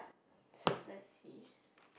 let's let's see